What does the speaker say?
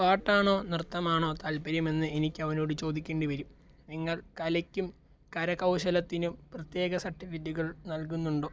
പാട്ടാണോ നൃത്തമാണോ താൽപര്യമെന്ന് എനിക്ക് അവനോട് ചോദിക്കേണ്ടി വരും നിങ്ങൾ കലയ്ക്കും കരകൗശലത്തിനും പ്രത്യേക സർട്ടിഫിക്കറ്റുകൾ നൽകുന്നുണ്ടോ